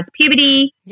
puberty